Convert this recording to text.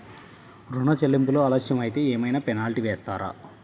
ఋణ చెల్లింపులు ఆలస్యం అయితే ఏమైన పెనాల్టీ వేస్తారా?